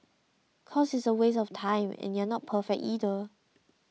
cause it's a waste of time and you're not perfect either